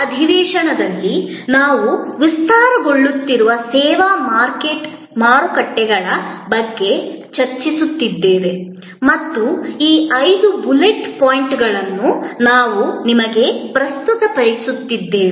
ಕಳೆದ ಅಧಿವೇಶನದಲ್ಲಿ ನಾವು ವಿಕಾಸಗೊಳ್ಳುತ್ತಿರುವ ಸೇವಾ ಮಾರುಕಟ್ಟೆಗಳ ಬಗ್ಗೆ ಚರ್ಚಿಸುತ್ತಿದ್ದೇವೆ ಮತ್ತು ಈ ಐದು ಬುಲೆಟ್ ಪಾಯಿಂಟ್ಗಳನ್ನು ನಾವು ನಿಮಗೆ ಪ್ರಸ್ತುತಪಡಿಸಿದ್ದೇವೆ